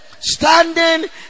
Standing